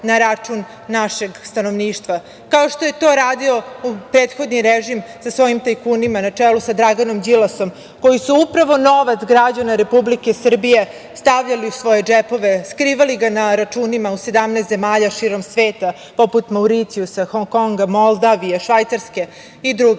na račun našeg stanovništva, kao što je to radio prethodni režim sa svojim tajkunima na čelu sa Draganom Đilasom koji su upravo novac građana Republike Srbije stavljali u svoje džepove, skrivali ga na računima u 17 zemalja širom sveta, poput Mauricijusa, Hong Konga, Moldavije, Švajcarske i drugih.